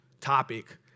topic